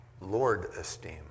lord-esteem